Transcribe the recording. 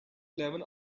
eleven